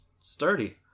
sturdy